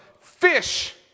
fish